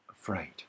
afraid